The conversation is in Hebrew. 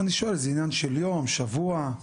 לא, אני שואל, זה עניין של יום, שבוע?